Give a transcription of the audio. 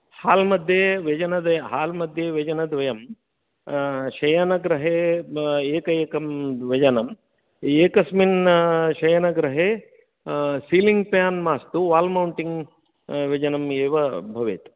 hall मध्ये व्यजनद hall मध्ये व्यजनद्वयं शयनगृहे एक एक व्यजनम् एकस्मिन् शयनगृहे सीलिङ्ग् फ्यान् मास्तु वाल् मौण्टिङ्ग् व्यजनम् एव भवेत्